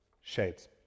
Shades